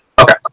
Okay